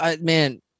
Man